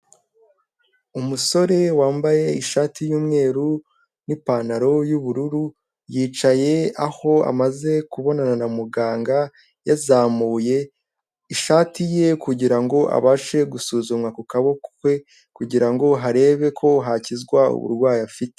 Umusore wambaye ishati y'umweru n'ipantaro y'ubururu yicaye aho amaze kubonana na muganga yazamuye ishati ye kugirango abashe gusuzumwa ku kaboko kwe kugirango barebe ko hakizwa uburwayi afite.